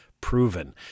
proven